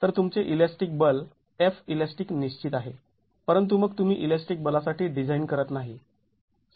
तर तुमचे इलॅस्टिक बल Felastic निश्चित आहे परंतु मग तुम्ही इलॅस्टिक बलासाठी डिझाइन करत नाही